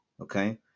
okay